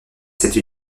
cette